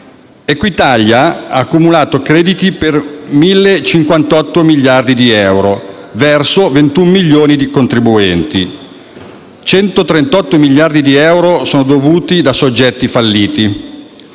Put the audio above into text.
Equitalia ha accumulato crediti per 1.058 miliardi di euro verso 21 milioni di contribuenti; 138 miliardi di euro sono dovuti da soggetti falliti;